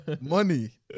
Money